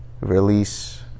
release